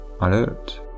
alert